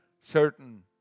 certain